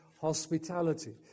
hospitality